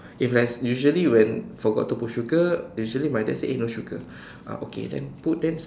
if let's usually when forgot to put sugar usually my dad say eh no sugar ah okay then put then